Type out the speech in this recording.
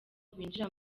binjira